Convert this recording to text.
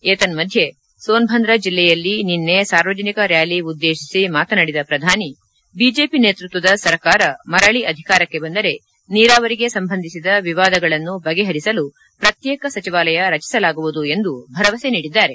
ಏತನ್ದದ್ದೆ ಸೋನ್ಭಂದ್ರ ಜಿಲ್ಲೆಯಲ್ಲಿ ನಿನ್ನೆ ಸಾರ್ವಜನಿಕ ರ್ಕಾಲಿ ಉದ್ದೇಶಿಸಿ ಮಾತನಾಡಿದ ಪ್ರಧಾನಿ ಬಿಜೆಪಿ ನೇತೃತ್ವದ ಸರ್ಕಾರ ಮರಳ ಅಧಿಕಾರಕ್ಕೆ ಬಂದರೆ ನೀರಾವರಿಗೆ ಸಂಬಂಧಿಸಿದ ವಿವಾದಗಳನ್ನು ಬಗೆಹರಿಸಲು ಪ್ರತ್ಯೇಕ ಸಚಿವಾಲಯ ರಚಿಸಲಾಗುವುದು ಎಂದು ಭರವಸೆ ನೀಡಿದ್ದಾರೆ